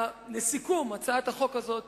לסיכום, הצעת החוק הזאת